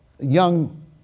young